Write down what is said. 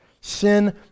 Sin